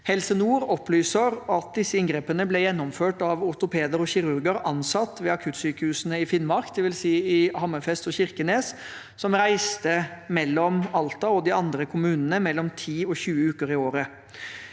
Helse nord opplyser at disse inngrepene ble gjennomført av ortopeder og kirurger ansatt ved akuttsykehusene i Finnmark, dvs. i Hammerfest og Kirkenes, som reiste mellom Alta og de andre kommunene mellom 10 og 20 uker i året.